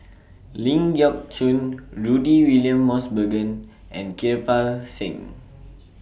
Ling Geok Choon Rudy William Mosbergen and Kirpal Singh